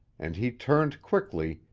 and he turned quickly,